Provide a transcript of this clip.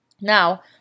Now